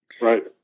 Right